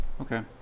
okay